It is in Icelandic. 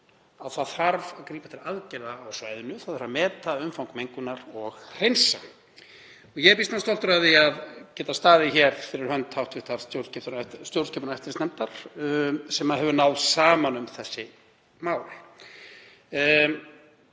það þarf að grípa til aðgerða á svæðinu. Það þarf að meta umfang mengunar og hreinsa. Ég er býsna stoltur af því að geta staðið hér fyrir hönd hv. stjórnskipunar- og eftirlitsnefndar sem hefur náð saman um þessi mál.